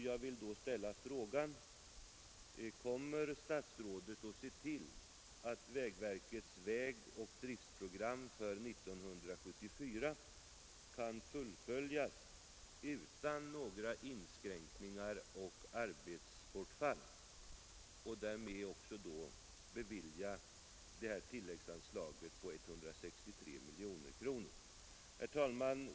Jag vill då ställa frågan: Kommer statsrådet att se till, att vägverkets vägoch driftprogram för 1974 kan fullföljas utan inskränkningar och arbetsbortfall, och alltså bevilja tilläggsanslaget på 163 miljoner kronor? Herr talman!